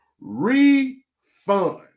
refund